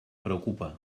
preocupa